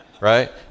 right